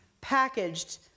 packaged